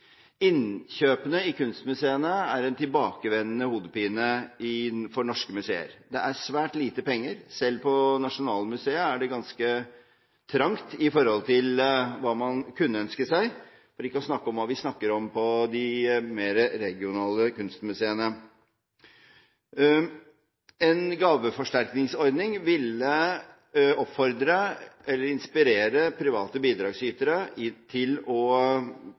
Innkjøpene i kunstmuseene er en tilbakevendende hodepine for norske museer. Det er svært lite penger. Selv på Nasjonalmuseet er det ganske trangt i forhold til hva man kunne ønske seg, for ikke å snakke om de mer regionale kunstmuseene. En gaveforsterkningsordning ville inspirere private bidragsytere til å